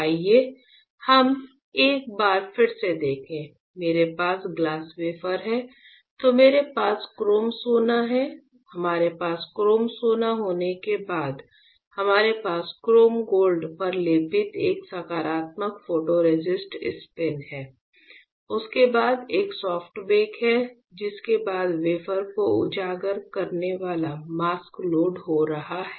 आइए हम एक बार फिर से देखें हमारे पास ग्लास वेफर है तो हमारे पास क्रोम सोना है हमारे पास क्रोम सोना होने के बाद हमारे पास क्रोम गोल्ड पर लेपित एक सकारात्मक फोटोरेसिस्ट स्पिन है उसके बाद एक सॉफ्ट बेक है जिसके बाद वेफर को उजागर करने वाला मास्क लोड हो रहा है